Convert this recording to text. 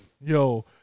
Yo